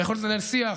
ביכולת לנהל שיח,